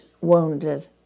wounded